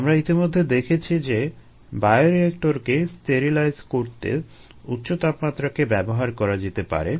আমরা ইতিমধ্যে দেখেছি যে বায়োরিয়েক্টরকে স্টেরিলাইজ করতে উচ্চ তাপমাত্রাকে ব্যবহার করা যেতে পারে